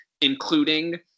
including